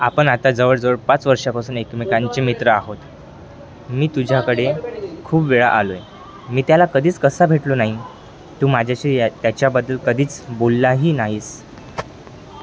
आपण आता जवळजवळ पाच वर्षापासून एकमेकांचे मित्र आहोत मी तुझ्याकडे खूप वेळा आलो आहे मी त्याला कधीच कसा भेटलो नाही तू माझ्याशी या त्याच्याबद्दल कधीच बोललाही नाहीस